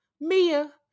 Mia